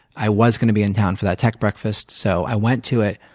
i was going to be in town for that tech breakfast so i went to it,